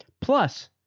Plus